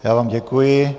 Já vám děkuji.